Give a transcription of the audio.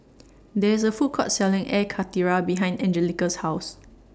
There IS A Food Court Selling Air Karthira behind Angelica's House